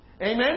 Amen